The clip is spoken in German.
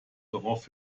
darauf